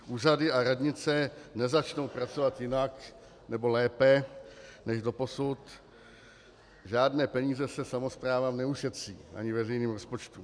Úřady a radnice nezačnou pracovat jinak nebo lépe než doposud, žádné peníze se samosprávám neušetří, ani veřejným rozpočtům.